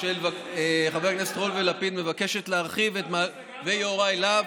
הצעת החוק של חבר הכנסת רול ולפיד ויוראי להב,